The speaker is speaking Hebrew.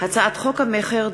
הצעת חוק המכר (דירות)